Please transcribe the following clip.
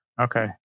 Okay